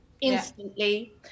instantly